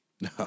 No